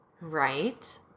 Right